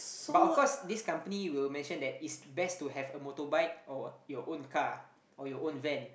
but of course this company will mention that it's best to have a motorbike or your own car or your own van